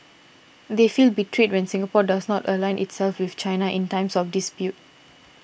they feel betrayed when Singapore does not align itself with China in times of dispute